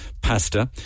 pasta